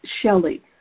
Shelly